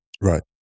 Right